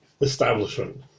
establishment